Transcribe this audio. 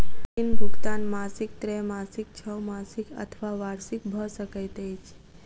ऋण भुगतान मासिक त्रैमासिक, छौमासिक अथवा वार्षिक भ सकैत अछि